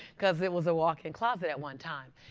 because it was a walk-in closet at one time.